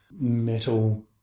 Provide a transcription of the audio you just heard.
metal